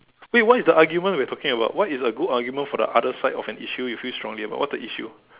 wait what is the argument we are talking about what is a good argument for the other side of an issue you feel strongly about what's the issue